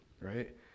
right